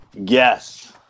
Yes